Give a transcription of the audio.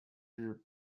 日本